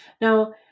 now